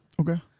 Okay